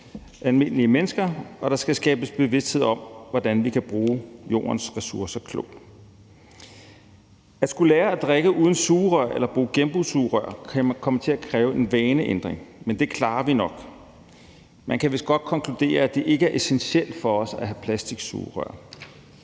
almindelige mennesker, og der skal skabes bevidsthed om, hvordan vi kan bruge jordens ressourcer klogt. At skulle lære at drikke uden sugerør eller bruge genbrugssugerør, kan komme til at kræve en vaneændring, men det klarer vi nok. Man kan vist godt konkludere, at det ikke er essentielt for os at have plastiksugerør.